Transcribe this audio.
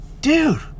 dude